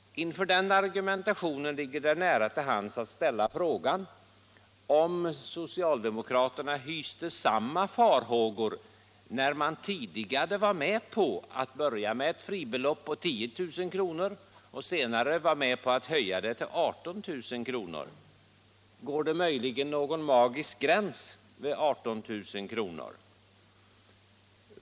Inför den argumentationen ligger det nära till hands att ställa frågan om socialdemokraterna hyste samma farhågor när de tidigare började med ett fribelopp på 10 000 kr. och sedan fortsatte att höja det till 18 000 kr. Går det möjligen någon magisk gräns vid 18000 kr.?